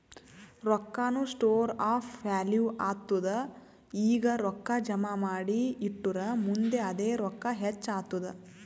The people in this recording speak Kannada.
ರೊಕ್ಕಾನು ಸ್ಟೋರ್ ಆಫ್ ವ್ಯಾಲೂ ಆತ್ತುದ್ ಈಗ ರೊಕ್ಕಾ ಜಮಾ ಮಾಡಿ ಇಟ್ಟುರ್ ಮುಂದ್ ಅದೇ ರೊಕ್ಕಾ ಹೆಚ್ಚ್ ಆತ್ತುದ್